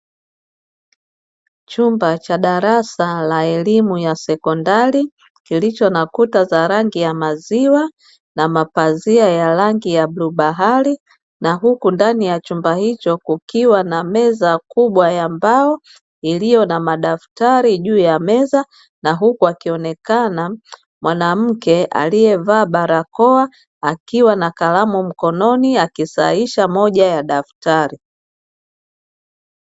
Chumba cha darasa la elimu ya sekondari kilicho na kuta za rangi ya maziwa na mapazia ya rangi ya bluu bahari, na huku ndani ya chumba hicho kukiwa na meza kubwa ya mbao iliyo na madafrari juu meza na huku akionekana mwanamke aliyevaa barakoa akiwa na kalam mkononi akisahisha moja ya dadtari.